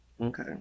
Okay